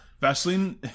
Vaseline